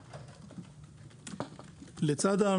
סליחה.